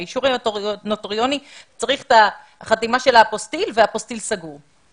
שהאישור הנוטריוני צריך את החתימה של האפוסטיל והאפוסטיל סגור.